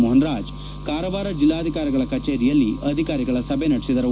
ಮೋಹನರಾಜ್ ಕಾರವಾರ ಜಿಲ್ಲಾಧಿಕಾರಿಗಳ ಕಚೇರಿಯಲ್ಲಿ ಅಧಿಕಾರಿಗಳ ಸಭೆ ನಡೆಸಿದರು